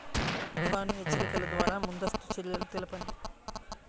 తుఫాను హెచ్చరికల ద్వార ముందస్తు చర్యలు తెలపండి?